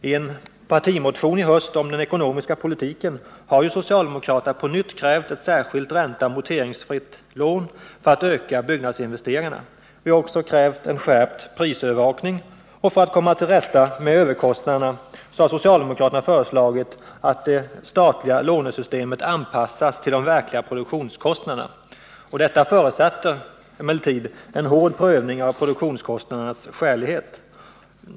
I en partimotion i höst om den ekonomiska politiken har socialdemokraterna på nytt krävt ett särskilt ränteoch amorteringsfritt lån för att öka byggnadsinvesteringarna. Vi har också krävt en skärpt prisövervakning, och för att komma till rätta med överkostnaderna har socialdemokraterna föreslagit att det statliga lånesystemet anpassas till de verkliga produktionskostnaderna. Detta förutsätter emellertid en hård prövning av produktionskostnadernas skälighet.